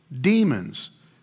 demons